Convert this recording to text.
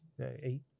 eight